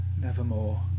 nevermore